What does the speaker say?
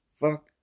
fuck